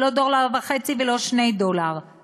לא דולר וחצי ולא 2 דולרים,